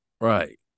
right